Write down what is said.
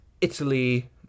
italy